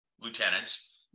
lieutenants